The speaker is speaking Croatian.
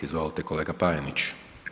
Izvolite kolega Panenić.